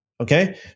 okay